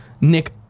Nick